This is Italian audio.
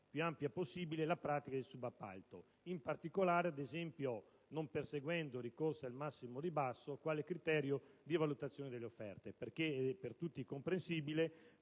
più ampia possibile, la pratica del subappalto, in particolare non perseguendo il ricorso al massimo ribasso come criterio di valutazione delle offerte, perché è per tutti comprensibile